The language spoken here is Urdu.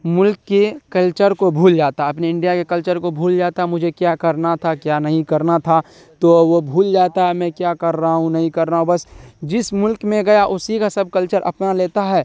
ملک کے کلچر کو بھول جاتا ہے اپنے انڈیا کے کلچر کو بھول جاتا ہے مجھے کیا کرنا تھا کیا نہیں کرنا تھا تو وہ بھول جاتا ہے میں کیا کر رہا ہوں نہیں کر رہا ہوں بس جس ملک میں گیا اسی کا سب کلچر اپنا لیتا ہے